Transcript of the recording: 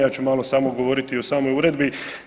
Ja ću malo samo govoriti o samoj uredbi.